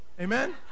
Amen